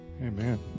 Amen